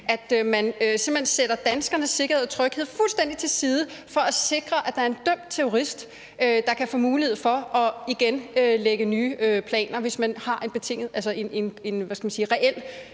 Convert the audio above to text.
hen sætter danskernes sikkerhed og tryghed fuldstændig til side for at sikre, at der er en dømt terrorist, der kan få mulighed for igen at lægge nye planer, hvis man har en reel